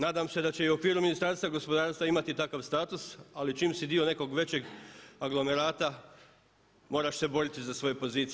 Nadam se da će i u okviru Ministarstva gospodarstva imati takav status ali čim si dio nekog većeg aglomerata moraš se boriti za svoje pozicije.